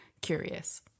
curious